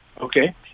okay